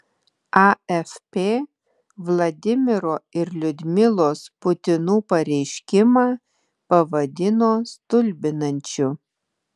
afp vladimiro ir liudmilos putinų pareiškimą pavadino stulbinančiu